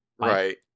Right